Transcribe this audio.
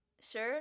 sure